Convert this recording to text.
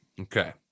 Okay